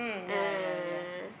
ah